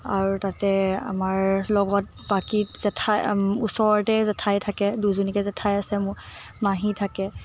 আৰু তাতে আমাৰ লগত বাকী জেঠাই ওচৰতে জেঠাই থাকে দুজনীকৈ জেঠাই আছে মোৰ মাহী থাকে